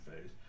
phase